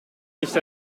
nicht